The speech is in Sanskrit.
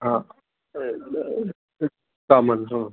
हा